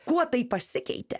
kuo tai pasikeitė